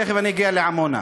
תכף אני אגיע לעמונה.